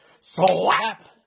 Slap